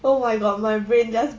oh my god my brain just